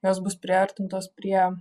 jos bus priartintos prie